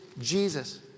Jesus